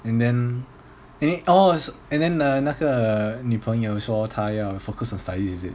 and then and orh and then err 那个女朋友说她要 focus on studies is it